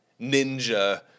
ninja